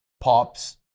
pop's